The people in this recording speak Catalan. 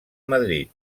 madrid